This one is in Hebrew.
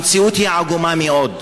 המציאות היא עגומה מאוד.